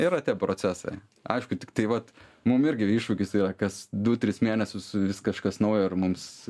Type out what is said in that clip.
yra tie procesai aišku tiktai vat mum irgi iššūkis yra kas du tris mėnesius vis kažkas naujo ir mums